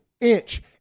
inch